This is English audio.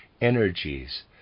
energies